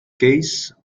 case